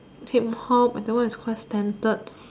Hip hop that one is quite standard